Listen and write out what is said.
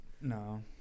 No